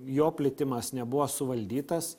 jo plitimas nebuvo suvaldytas